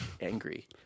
Angry